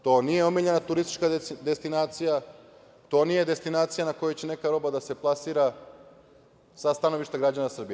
To nije omiljena turistička destinacija, to nije destinacija na koju će neka roba da se plasira, sa stanovišta građana Srbije.